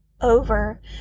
over